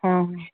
ਹਾਂ